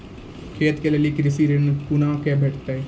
खेती के लेल कृषि ऋण कुना के भेंटते?